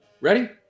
Ready